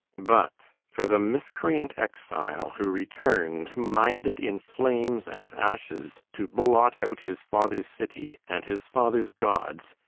but for the miscreant exile who returned minded in flames and ashes to blot out his father's city and his father's gods,